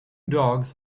dogs